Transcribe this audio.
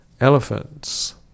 elephants